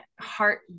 heart